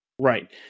right